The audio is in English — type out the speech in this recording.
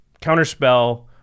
Counterspell